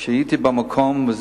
כשהייתי במקום,